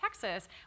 Texas